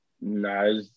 No